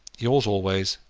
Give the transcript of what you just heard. yours always,